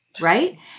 right